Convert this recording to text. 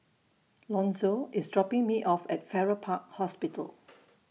Lonzo IS dropping Me off At Farrer Park Hospital